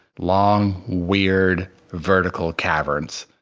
long, weird, vertical caverns.